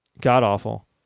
god-awful